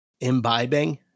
imbibing